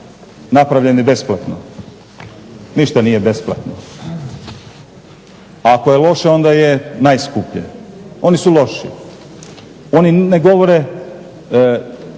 napravljeni besplatno. Ništa nije besplatno. A ako je loše onda je najskuplje. Oni su loši. Oni ne govore,